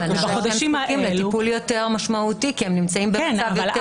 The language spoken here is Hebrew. אבל יזכו לטיפול יותר משמעותי כי הם נמצאים במצב יותר